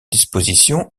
disposition